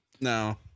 No